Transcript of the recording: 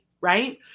right